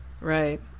right